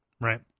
right